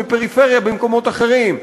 בפריפריה במקומות אחרים.